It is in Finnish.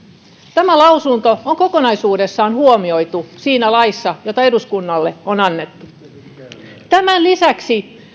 tämä lausunto on kokonaisuudessaan huomioitu siinä laissa joka eduskunnalle on annettu tämän lisäksi